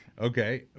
Okay